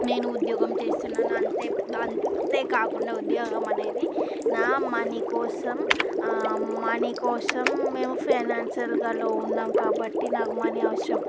నేను ఉద్యోగం చేస్తున్నానంతే అంతే కాకుండా ఉద్యోగం అనేది నా మనీ కోసం మనీ కోసం మేం ఫైనాన్షల్గా లోన్ ఉన్నాం కాబట్టి నాకు మనీ అవసరం